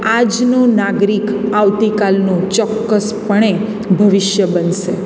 આજનો નાગરિક આવતીકાલનું ચોક્કસપણે ભવિષ્ય બનશે